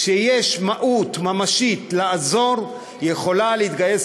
כשיש מהות ממשית לעזור היא יכולה להתגייס,